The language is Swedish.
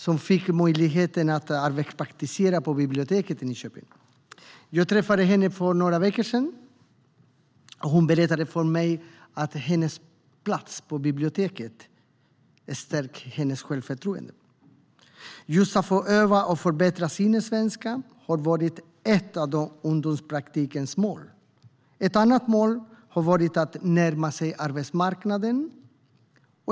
Hon fick möjlighet att arbetspraktisera på biblioteket i Nyköping. Jag träffade henne för några veckor sedan. Hon berättade för mig att hennes plats på biblioteket har stärkt hennes självförtroende. Just att få öva och förbättra svenskan har varit ett av målen med ungdomspraktiken. Ett annat mål har varit att man ska närma sig arbetsmarknaden.